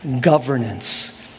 governance